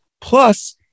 Plus